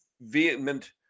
vehement